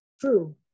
True